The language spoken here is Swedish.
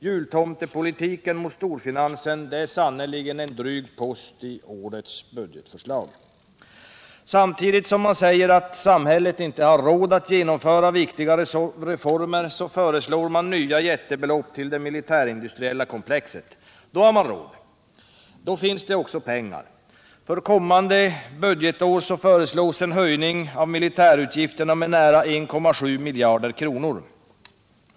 Jultomtepolitiken mot storfinansen är sannerligen en dryg post i årets budgetförslag. Samtidigt som man säger att samhället inte har råd att genomföra viktiga reformer föreslår man nya jättebelopp till det militärindustriella komplexet. Då har man råd! Då finns det också pengar. För kommande budgetår föreslås en höjning av militärutgifterna med nära 1,7 miljarder kronor.